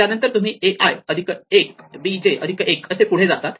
त्यानंतर तुम्ही a i अधिक 1 b j अधिक 1 असे पुढे जातात